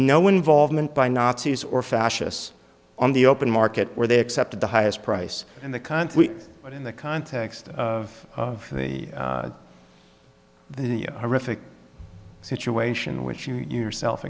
no involvement by nazis or fascists on the open market where they accepted the highest price and the country but in the context of the horrific situation which you yourself